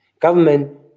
Government